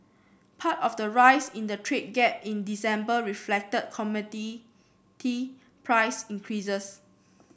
part of the rise in the trade gap in December reflected commodity price increases